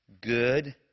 good